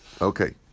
Okay